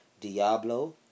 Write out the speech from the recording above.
Diablo